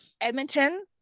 Edmonton